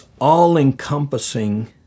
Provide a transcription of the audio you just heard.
all-encompassing